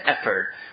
effort